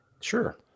Sure